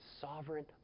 sovereign